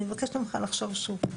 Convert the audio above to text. אני מבקשת ממך לחשוב שוב.